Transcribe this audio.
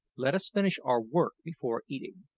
let us finish our work before eating.